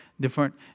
Different